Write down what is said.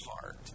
heart